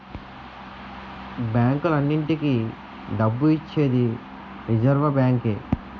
బ్యాంకులన్నింటికీ డబ్బు ఇచ్చేది రిజర్వ్ బ్యాంకే